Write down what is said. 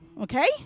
okay